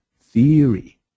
theory